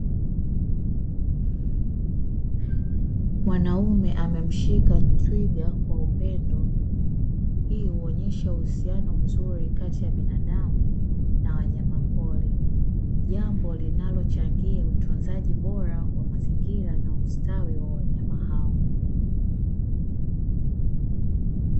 Mwanaume amemshika twiga kwa upendo, hii huonyesha uhusiano mzuri kati ya binadamu na wanyamapori. Jambo linalochangia utunzaji bora wa mazingira na ustawi wa wanyama hao.